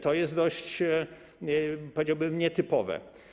To jest dość, powiedziałbym, nietypowe.